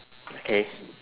okay